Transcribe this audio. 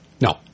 No